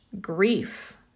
grief